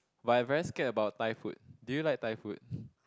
but I very scared about Thai food do you like Thai food